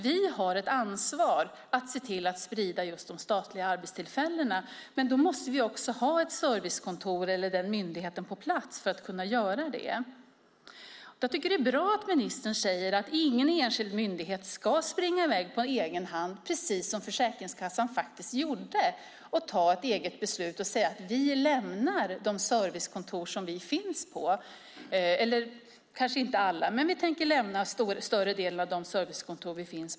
Vi har ett ansvar att sprida de statliga arbetstillfällena, men då måste vi också ha ett servicekontor eller en myndighet på plats för att kunna göra det. Jag tycker att det är bra att ministern säger att ingen enskild myndighet ska springa i väg på egen hand, precis som Försäkringskassan gjorde, och fatta ett eget beslut om att lämna större delen av de servicekontor där man finns.